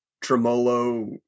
tremolo